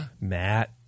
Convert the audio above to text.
Matt